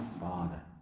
father